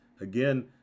again